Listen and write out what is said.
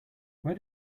where